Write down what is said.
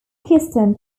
pakistan